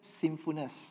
sinfulness